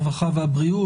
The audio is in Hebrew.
הרווחה והבריאות?